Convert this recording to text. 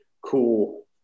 cool